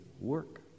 work